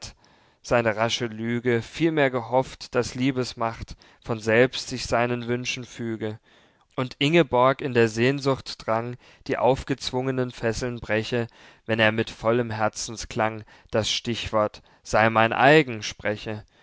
seine rasche lüge vielmehr gehofft daß liebesmacht von selbst sich seinen wünschen füge und ingborg in der sehnsucht drang die aufgezwungnen fesseln breche wenn er mit vollem herzensklang das stichwort sei mein eigen spreche